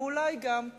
ואולי גם,